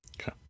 okay